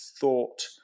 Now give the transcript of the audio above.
thought